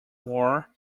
war